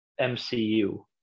MCU